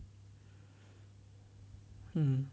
mm